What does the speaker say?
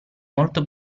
molto